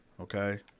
okay